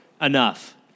enough